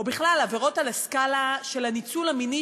או בכלל עבירות על הסקאלה של הניצול המיני